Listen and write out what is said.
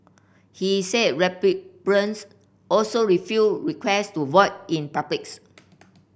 he said also refused request to vote in publics